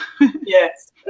Yes